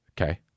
okay